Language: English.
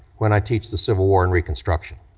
when i teach the civil war and reconstruction.